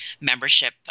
membership